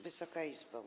Wysoka Izbo!